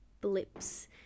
blips